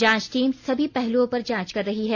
जांच टीम सभी पहलुओं पर जांच कर रही है